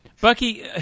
Bucky